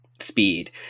speed